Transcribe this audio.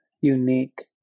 unique